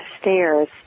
stairs